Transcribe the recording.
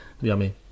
Yummy